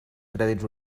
crèdits